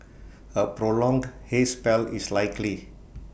A prolonged haze spell is likely